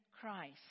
Christ